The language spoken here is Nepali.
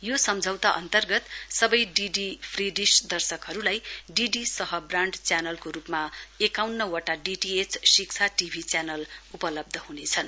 यो सम्झौता अन्तर्गत सबै डीडी फ्रीन्डिश दर्शकहरूलाई डी डी सह काण्ड च्यानलको रूपमा एकाउन्नवटा डीटीएच शिक्षा टीभी च्यानल उपलब्ध हनेछन्